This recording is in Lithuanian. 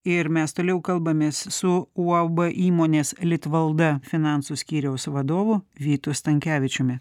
ir mes toliau kalbamės su uab įmonės litvalda finansų skyriaus vadovu vytu stankevičiumi